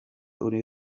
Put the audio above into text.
uri